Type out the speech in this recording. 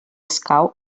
escau